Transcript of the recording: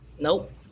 nope